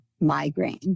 migraine